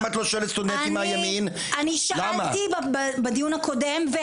אני שאלתי בדיון הקודם,